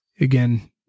again